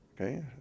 okay